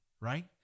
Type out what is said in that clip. right